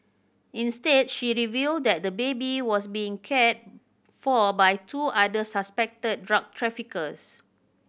instead she revealed that the baby was being cared for by two other suspected drug traffickers